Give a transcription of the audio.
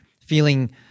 feeling